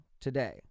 today